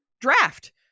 draft